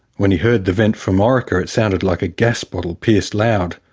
when he heard the vent from orica, it sounded like a gas bottle pierced loud.